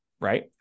right